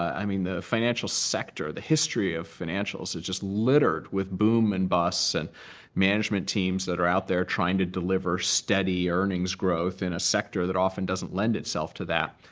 i mean, the financial sector, the history of financials is just littered with boom and busts and management teams that are out there trying to deliver steady earnings growth in a sector that often doesn't lend itself to that.